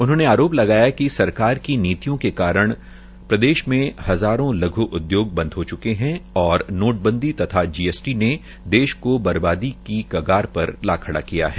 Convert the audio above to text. उन्होंने आरोप लगाया कि सरकार की नीतियों के कारण प्रदेश में हज़ारों लघ् उदयोग बंद हो चुके है और नोटबंदी तथा जीएसटी ने देश को बर्बादी की कगार पर ला खड़ा किया है